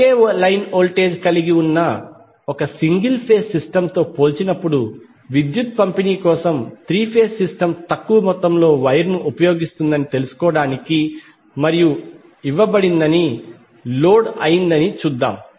ఒకే line voltage కలిగి ఉన్న single phase సిస్టమ్తో పోల్చినప్పుడు విద్యుత్ పంపిణీ కోసం త్రీ ఫేజ్ సిస్టమ్ తక్కువ మొత్తంలో వైర్ను ఉపయోగిస్తుందని తెలుసుకోవడానికి మరియు ఇవ్వబడిందని లోడ్ అయిందని చూద్దాం